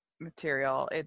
material